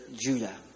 Judah